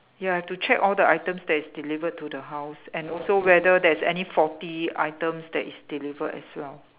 ya I have to check all the items that is delivered to the house and also whether there is any faulty items that is delivered as well